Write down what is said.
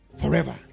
forever